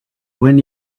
when